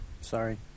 Sorry